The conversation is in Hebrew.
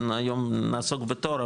היום נעסוק בתור,